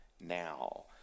now